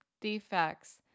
defects